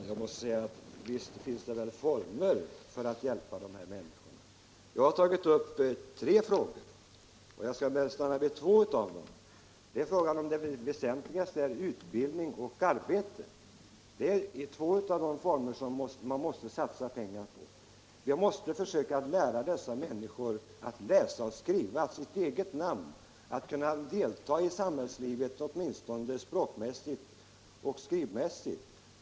Herr talman! Visst finns det former för att hjälpa dessa människor. Jag har pekat på tre områden och jag skall nu stanna vid två av dem. Det väsentligaste här är väl utbildning och arbete. På dessa områden måste man satsa pengar. Vi måste försöka lära dessa människor att läsa och skriva sitt eget namn, så att de åtminstone skrivoch språkmässigt kan delta i samhällslivet.